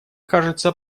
кажется